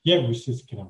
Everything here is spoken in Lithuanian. jeigu išsiskiriam